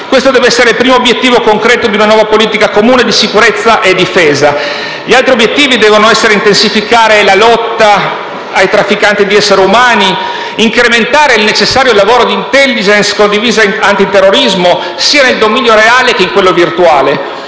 Questo deve essere il primo obiettivo concreto di una nuova politica comune di sicurezza e difesa. Gli altri obiettivi devono essere quelli di intensificare la lotta ai trafficanti di esseri umani e incrementare il necessario lavoro di *intelligence* condivisa antiterrorismo, sia nel dominio reale che in quello virtuale;